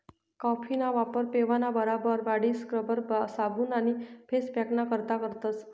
कॉफीना वापर पेवाना बराबर बॉडी स्क्रबर, साबू आणि फेस पॅकना करता करतस